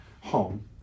home